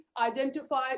identify